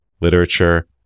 literature